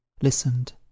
listened